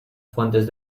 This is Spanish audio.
fuentes